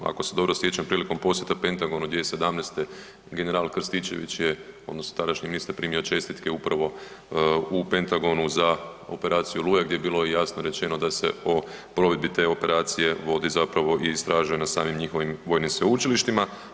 Ako se dobro sjećam prilikom posjeta Pentagonu 2017. general Krstičević je odnosno tadašnji ministar primio čestitke upravo u Pentagonu za operaciju Oluja gdje je bilo i jasno rečeno da se o provedbi te operacije vodi zapravo i istražuje na samim njihovim vojnim sveučilištima.